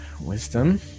wisdom